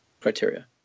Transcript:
criteria